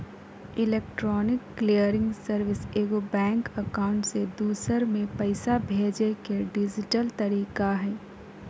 electronic clearing service एगो bank account से दूसर में पैसा भेजय के डिजिटल तरीका हइ